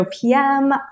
PM